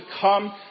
come